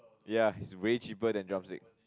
ya it's way cheaper than drumstick